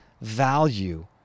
value